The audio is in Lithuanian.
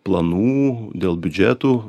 planų dėl biudžetų